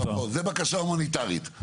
זו בקשה הומניטרית.